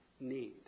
need